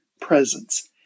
presence